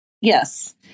yes